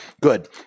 good